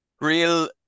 real